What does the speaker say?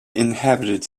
inhabited